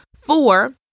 Four